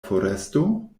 foresto